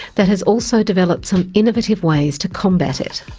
that has also developed some innovative ways to combat it.